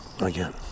again